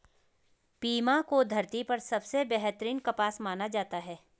Pima को धरती पर सबसे बेहतरीन कपास माना जाता है